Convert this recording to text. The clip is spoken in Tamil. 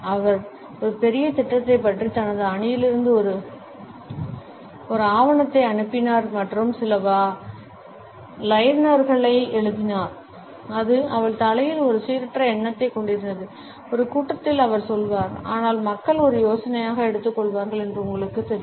அவர் ஒரு பெரிய திட்டத்தைப் பற்றி தனது அணியிலிருந்து ஒரு பெரிய ஆவணத்தை அனுப்பினார் மற்றும் சில லைனர்களை எழுதினார் அது அவள் தலையில் ஒரு சீரற்ற எண்ணத்தைக் கொண்டிருந்தது ஒரு கூட்டத்தில் அவர் சொல்வார் ஆனால் மக்கள் ஒரு யோசனையாக எடுத்துக்கொள்வார்கள் என்று உங்களுக்குத் தெரியும்